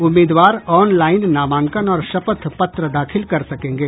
उम्मीदवार ऑनलाइन नामांकन और शपथ पत्र दाखिल कर सकेंगे